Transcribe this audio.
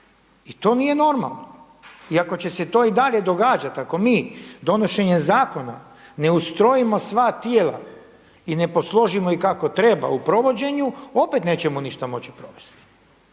I to nije normalno. I ako će se to i dalje događati, ako mi donošenje zakona ne ustrojimo sva tijela i ne posložimo ih kako treba u provođenju, opet nećemo ništa moći provesti.